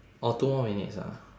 oh two more minutes ah